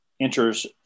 enters